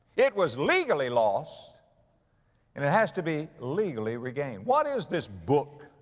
it was legally lost, and it has to be legally regained. what is this book,